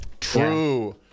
true